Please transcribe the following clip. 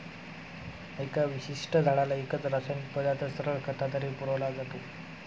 एका विशिष्ट झाडाला एकच रासायनिक पदार्थ सरळ खताद्वारे पुरविला जातो